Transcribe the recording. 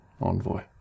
envoy